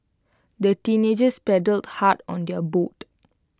the teenagers paddled hard on their boat